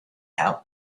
out